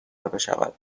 بشود